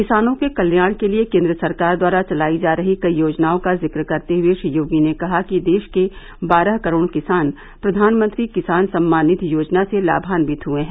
किसानों के कल्याण के लिये केन्द्र सरकार द्वारा चलायी जा रही कई योजनाओं का जिक्र करते हुए श्री योगी ने कहा कि देश के बारह करोड़ किसान प्र्यानमंत्री किसान सम्मान निधि योजना से लाभान्वित हुए हैं